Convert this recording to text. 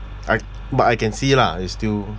I but I can see lah it's still